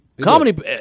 Comedy –